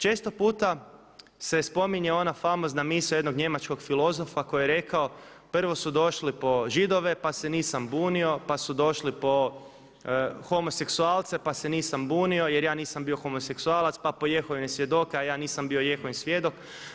Često puta se spominje ona famozna misao jednog njemačkog filozofa koji je rekao: „Prvo su došli po Židove pa se nisam bunio, pa su došli po homoseksualce pa se nisam bunio jer ja nisam bio homoseksualac, pa po jehovine svjedoke a ja nisam bio jehovin svjedok“